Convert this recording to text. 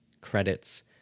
credits